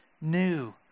new